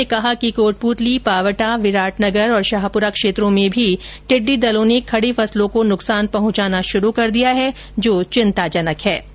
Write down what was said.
उन्होंने कहा है कि कोटपूतली पावटा विराटनगर और शाहपुरा क्षेत्रों में भी टिड़डी दलों ने खडी फसलों को नुकसान पहुंचाना शुरू कर दिया है जो चिंताजनक है